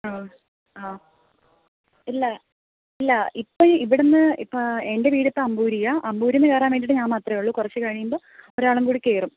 ആ ആ ഇല്ല ഇല്ല ഇപ്പം ഇവിടെന്ന് ഇപ്പം എൻ്റെ വീടിപ്പം അമ്പൂരിയാണ് അമ്പൂരീന്ന് കയറാൻ വേണ്ടീട്ട് ഞാൻ മാത്രമേ ഉള്ളു കുറച്ച് കഴിയുമ്പോൾ ഒരാളും കൂടി കയറും